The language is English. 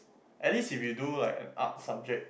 at least if you do like an art subject